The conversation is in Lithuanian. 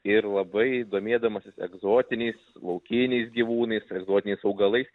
ir labai domėdamasis egzotiniais laukiniais gyvūnais egzotiniais augalais